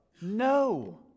no